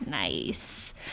Nice